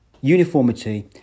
uniformity